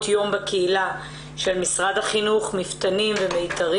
יום בקהילה של משרד החינוך - מפתנים ומיתרים.